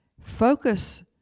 Focus